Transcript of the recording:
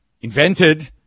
invented